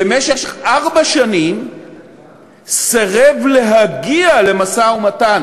במשך ארבע שנים סירב להגיע למשא-ומתן